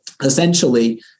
essentially